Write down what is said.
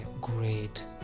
great